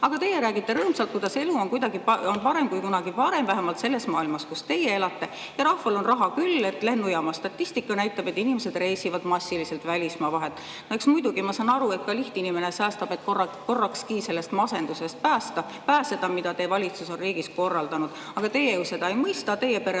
Aga teie räägite rõõmsalt, et elu on kuidagi parem kui kunagi varem, vähemalt selles maailmas, kus teie elate, ja rahval on raha küll, lennujaama statistika näitab, et inimesed reisivad massiliselt välismaa vahet. Muidugi ma saan aru, et ka lihtinimene säästab, et korrakski sellest masendusest pääseda, mille teie valitsus on riigis korraldanud. Aga teie ju seda ei mõista. Teie pere